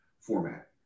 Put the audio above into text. format